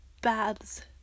baths